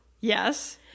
Yes